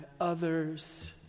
others